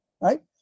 right